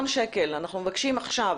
אנחנו מבקשים עכשיו.